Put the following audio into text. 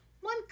One